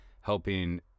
helping